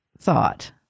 thought